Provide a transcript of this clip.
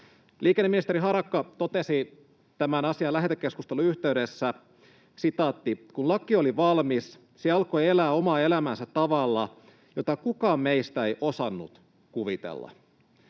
Liikenneministeri Harakka totesi tämän asian lähetekeskustelun yhteydessä: ”Kun laki oli valmis, se alkoi elää omaa elämäänsä tavalla, jota kukaan meistä ei osannut kuvitella.”